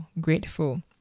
grateful